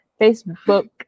Facebook